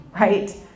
right